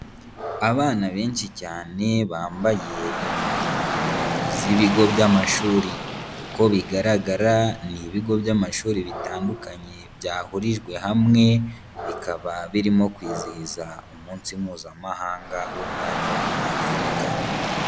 Abana benshi cyane bambaye impuzankano z'ibigo by'amashuri. Uko bigaragara ni ibigo by'amashuri bitandukanye byahurijwe hamwe, bikaba birimo kwizihiza umunsi mpuzamahanga w'umwana w'umunyafurika.